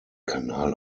kanal